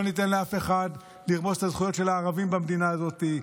לא ניתן לאף אחד לרמוס את הזכויות של הערבים במדינה הזאת,